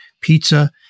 pizza